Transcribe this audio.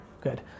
Good